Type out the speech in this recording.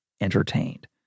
entertained